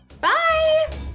Bye